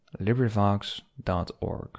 LibriVox.org